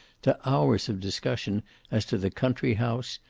to hours of discussion as to the country house,